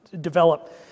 develop